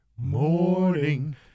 morning